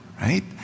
right